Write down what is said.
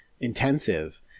intensive